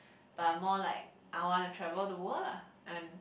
but more like I wanna travel the world lah and